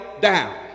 down